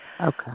Okay